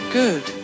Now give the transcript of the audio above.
good